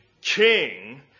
king